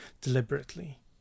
deliberately